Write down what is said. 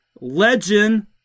legend